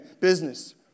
Business